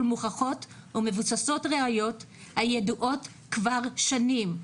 מוכחות ומבוססות ראיות הידועות כבר שנים.